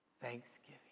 thanksgiving